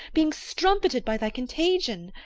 being strumpeted by thy contagion.